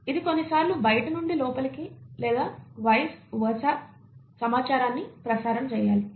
ఇది కొన్నిసార్లు బయటి నుండి లోపలికి లేదా వైస్ వెర్సా సమాచారాన్ని ప్రసారం చేయాలి